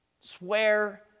swear